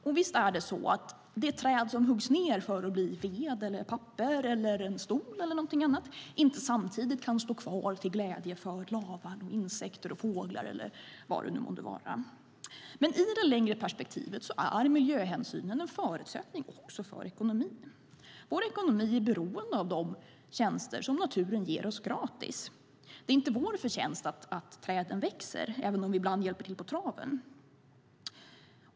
Och visst är det så att det träd som huggs ned för att bli ved, papper, en stol eller något annat inte samtidigt kan stå kvar till glädje för lavar, insekter och fåglar eller vad det nu månde vara. Men i det längre perspektivet är miljöhänsyn en förutsättning också för ekonomin. Vår ekonomi är beroende av de tjänster som naturen ger oss gratis. Det är inte vår förtjänst att träden växer, även om vi ibland hjälper dem på traven.